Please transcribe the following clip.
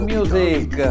Music